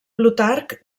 plutarc